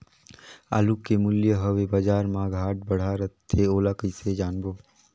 आलू के मूल्य हवे बजार मा घाट बढ़ा रथे ओला कइसे जानबो?